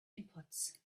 inputs